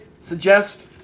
suggest